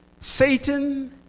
Satan